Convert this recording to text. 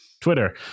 Twitter